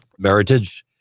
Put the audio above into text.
Meritage